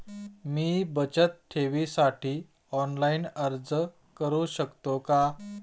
मी बचत ठेवीसाठी ऑनलाइन अर्ज करू शकतो का?